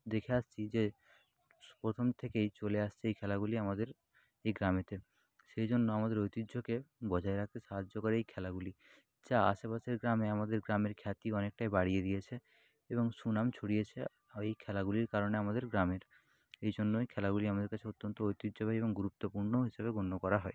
দেখে আসছি যে প্রথম থেকেই চলে আসছে এই খেলাগুলি আমাদের এই গ্রামেতে সেই জন্য আমাদের ঐতিহ্যকে বজায় রাখতে সাহায্য করে এই খেলাগুলি যা আশেপাশের গ্রামে আমাদের গ্রামের খ্যাতি অনেকটাই বাড়িয়ে দিয়েছে এবং সুনাম ছড়িয়েছে এই খেলাগুলির কারণে আমাদের গ্রামের এই জন্যই খেলাগুলি আমাদের কাছে অত্যন্ত ঐতিহ্যবাহী এবং গুরুত্বপূর্ণ হিসাবে গণ্য করা হয়